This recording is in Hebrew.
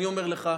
אני אומר לך,